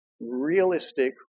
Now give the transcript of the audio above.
realistic